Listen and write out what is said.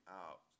out